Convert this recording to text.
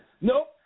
Nope